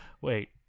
wait